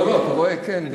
אתה רואה, כן.